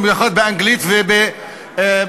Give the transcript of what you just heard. במיוחד באנגלית ובמתמטיקה.